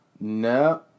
No